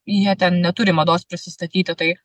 jie ten neturi mados prisistatyti tai